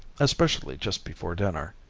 especially just before dinner,